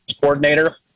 coordinator